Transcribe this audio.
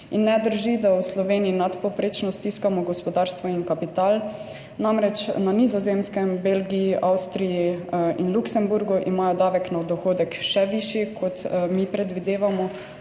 Ne drži, da v Sloveniji nadpovprečno stiskamo gospodarstvo in kapital, namreč na Nizozemskem, v Belgiji, Avstriji in Luksemburgu imajo davek na dohodek še višji, kot mi začasno predvidevamo,